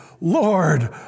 Lord